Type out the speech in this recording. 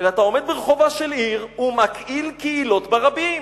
אלא אתה עומד ברחובה של עיר ומקהיל קהילות ברבים,